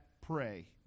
pray